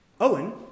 Owen